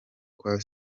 kwa